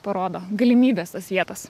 parodo galimybes tas vietas